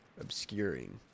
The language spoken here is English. obscuring